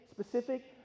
specific